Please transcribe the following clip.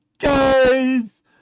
guys